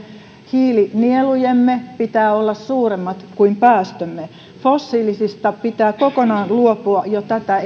hiilinielujemme pitää olla suuremmat kuin päästömme fossiilisista pitää kokonaan luopua jo tätä